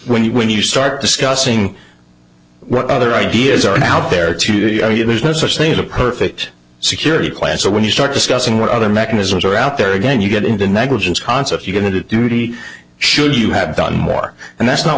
when you when you start discussing what other ideas are now there to you there's no such thing as a perfect security plan so when you start discussing what other mechanisms are out there again you get into negligence concepts you get into duty should you have done more and that's not